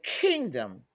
kingdom